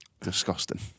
disgusting